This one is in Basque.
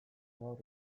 gaur